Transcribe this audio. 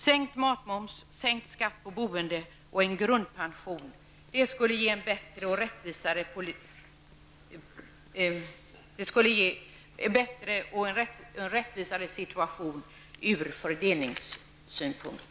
Sänkt matmoms, sänkt skatt på boende och en grundpension -- det skulle ge en bättre och rättvisare situation ur fördelningssynpunkt.